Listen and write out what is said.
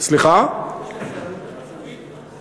יש לזה עלות תקציבית?